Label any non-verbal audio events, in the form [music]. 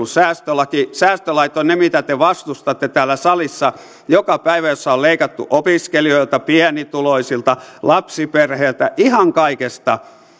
[unintelligible] säästölaki säästölait ovat niitä mitä te vastustatte täällä salissa joka päivä joissa on leikattu opiskelijoilta pienituloisilta lapsiperheiltä ihan kaikesta